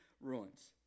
ruins